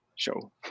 show